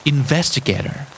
Investigator